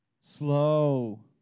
slow